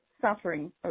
suffering